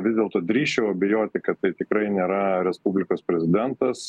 vis dėlto drįsčiau abejoti kad tai tikrai nėra respublikos prezidentas